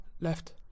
Left